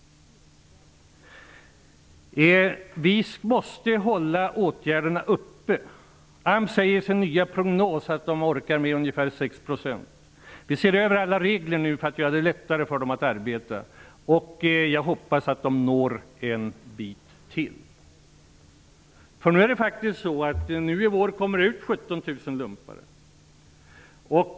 Vi måste hålla uppe åtgärderna. AMS säger i sin nya prognos att det orkar med ungefär 6 %. Vi ser nu över alla regler för att göra det lättare för dem att arbeta, och jag hoppas att de når en bit till. Nu i vår kommer det ut 17 000 värnpliktiga som har gjort lumpen.